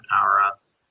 power-ups